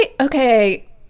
Okay